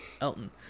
Elton